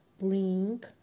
bring